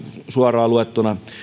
suoraan luettuna